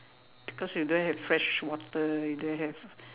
because we don't have fresh water we don't have